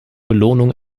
belohnung